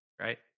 right